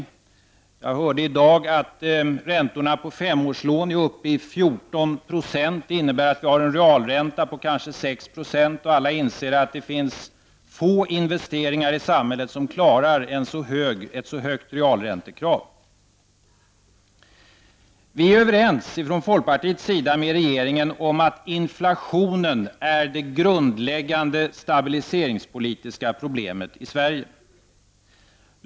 Jag hörde i dag att räntorna på femårslån är uppe i 14 76. Det innebär att vi har en realränta på kanske 6 90. Och alla inser att det är få investeringar i samhället som klarar ett så högt realräntekrav. Vi är från folkpartiets sida överens med regeringen om att inflationen är det grundläggande stabiliseringspolitiska problemet i Sverige.